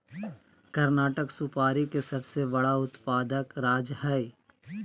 कर्नाटक सुपारी के सबसे बड़ा उत्पादक राज्य हय